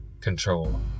control